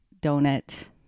donut